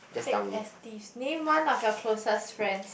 fake S D name one of your closest friends